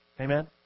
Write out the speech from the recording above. Amen